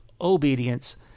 obedience